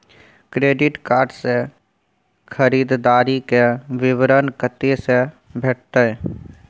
Credit card से खरीददारी के विवरण कत्ते से भेटतै?